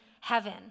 heaven